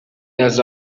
does